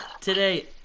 today